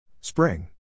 Spring